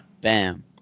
Bam